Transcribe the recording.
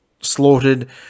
slaughtered